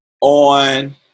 on